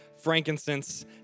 frankincense